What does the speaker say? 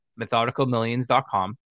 methodicalmillions.com